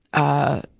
ah,